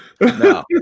No